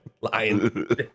lying